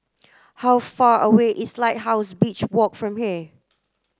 how far away is Lighthouse Beach Walk from here